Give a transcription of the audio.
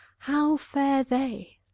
how fare they?